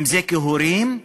אם כהורים,